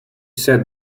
said